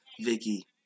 Vicky